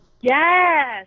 Yes